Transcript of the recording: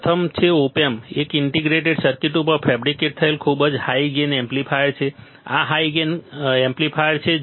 પ્રથમ છે op amp એક ઇન્ટિગ્રેટેડ સર્કિટ ઉપર ફેબ્રિકેટ થયેલ ખૂબ જ હાઈ ગેઇન એમ્પ્લીફાયર છે આ એક હાઇ ગેઇન એમ્પ્લીફાયર છે